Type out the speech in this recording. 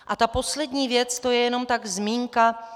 A ta poslední věc, to je jen tak zmínka.